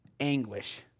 anguish